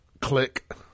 click